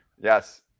Yes